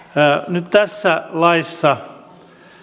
nyt tässä laissa